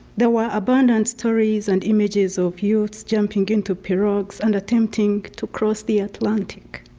there were abundant stories and images of youths jumping into pirogues and attempting to cross the atlantic,